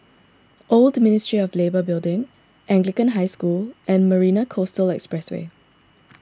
Old Ministry of Labour Building Anglican High School and Marina Coastal Expressway